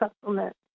supplement